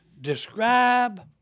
describe